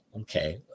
Okay